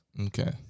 Okay